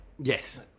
yes